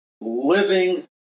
living